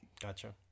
Gotcha